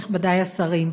נכבדיי השרים,